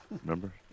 Remember